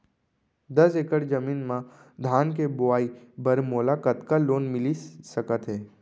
दस एकड़ जमीन मा धान के बुआई बर मोला कतका लोन मिलिस सकत हे?